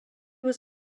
was